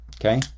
Okay